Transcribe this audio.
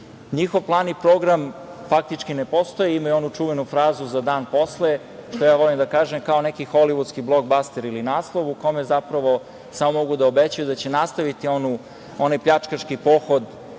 plan i program faktički ne postoji. Imaju onu čuvenu frazu za dan posle, što ja volim da kažem kao neki holivudski blog baster ili naslov u kome zapravo samo mogu da obećaju da će nastaviti onaj pljačkaški pohod